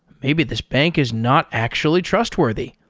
maybe this bank is not actually trustworthy,